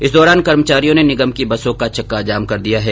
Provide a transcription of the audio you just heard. इस दौरान कर्मचारियों ने निगम की बसों का चक्का जाम कर दिया है